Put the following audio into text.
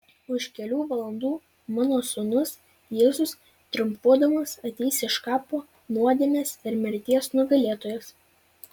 už kelių valandų mano sūnus jėzus triumfuodamas ateis iš kapo nuodėmės ir mirties nugalėtojas